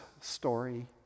story